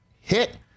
hit